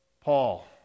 Paul